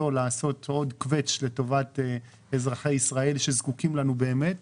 לעשות עוד קווץ' לטובת אזרחי ישראל שזקוקים לנו באמת.